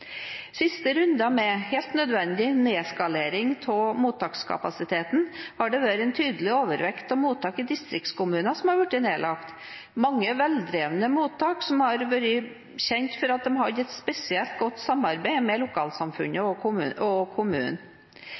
siste rundene med helt nødvendig nedskalering av mottakskapasiteten har det vært en tydelig overvekt av mottak i distriktskommuner som er blitt nedlagt. Det er mange veldrevne mottak, som har blitt kjent for at de har et spesielt godt samarbeid med lokalsamfunnet og kommunen.